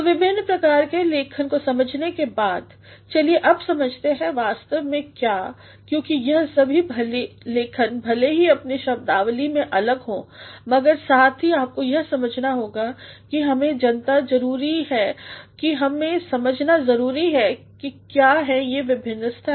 तो विभिन्न प्रकार के लेखन समझने के बाद चलिए अब समझते हैं वास्तव में क्या क्योंकि यह सभी लेखन भले ही अपने शब्दावली में अलग हो मगर साथ ही आपको यह समझना होगा कि हमें जनता जरुरी है और हमें समझना जरुरी है क्या हैं यह विभिन्न स्तर